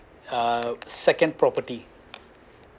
uh second property